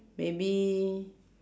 maybe